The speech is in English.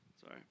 Sorry